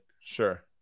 Sure